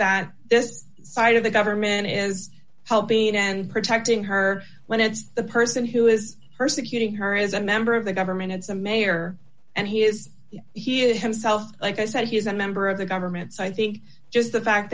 that this side of the government is helping and protecting her when it's the person who is persecuting her is a member of the government it's a mayor and he is he himself like i said he's a member of the government so i think just the fact